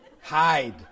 hide